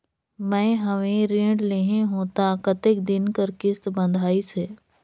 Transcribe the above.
मैं हवे ऋण लेहे हों त कतेक दिन कर किस्त बंधाइस हे?